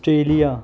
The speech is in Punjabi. ਆਸਟਰੇਲੀਆ